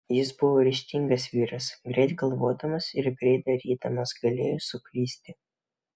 jis buvo ryžtingas vyras greit galvodamas ir greit darydamas galėjo suklysti